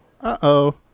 uh-oh